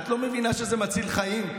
את לא מבינה שזה מציל חיים?